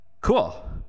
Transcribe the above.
cool